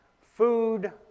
Food